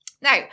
Now